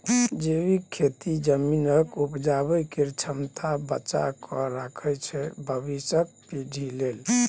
जैबिक खेती जमीनक उपजाबै केर क्षमता बचा कए राखय छै भबिसक पीढ़ी लेल